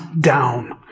down